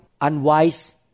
unwise